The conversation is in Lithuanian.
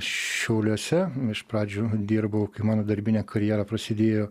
šiauliuose iš pradžių dirbau mano darbinė karjera prasidėjo